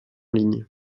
ligne